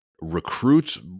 recruits